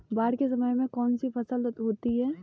बाढ़ के समय में कौन सी फसल होती है?